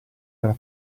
della